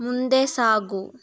ಮುಂದೆ ಸಾಗು